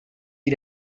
wie